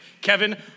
Kevin